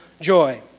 joy